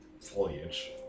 foliage